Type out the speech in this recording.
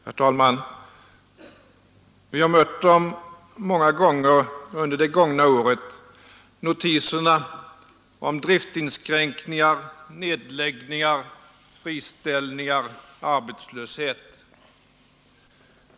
Herr talman! Vi har mött dem många gånger under det gångna året, notiserna om driftinskränkningar, nedläggningar, friställningar, arbetslöshet.